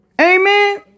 Amen